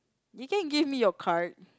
you can give me your card